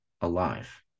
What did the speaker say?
alive